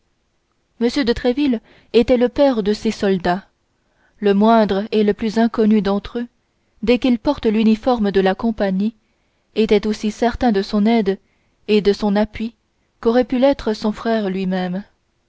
de tréville était le père de ses soldats le moindre et le plus inconnu d'entre eux dès qu'il portait l'uniforme de la compagnie était aussi certain de son aide et de son appui qu'aurait pu l'être son frère lui-même